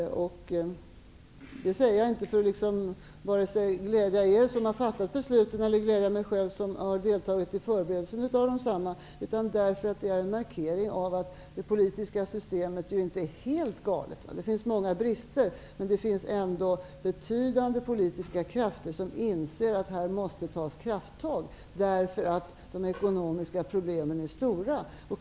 Jag säger inte detta för att glädja er som har fattat besluten eller att glädja mig själv som har varit med och förberett desamma, utan därför att det är en markering av att det politiska systemet inte är helt galet. Det finns många brister, men det finns ändå betydande politiska krafter som inser att här måste krafttag tas, därför att de ekonomiska problemen är så stora.